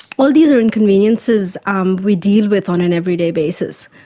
all these are inconveniences um we deal with on an everyday basis,